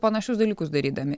panašius dalykus darydami